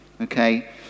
Okay